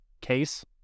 case